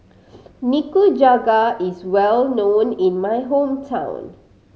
nikujaga is well known in my hometown